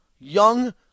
young